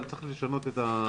אבל צריך לשנות את התקנות.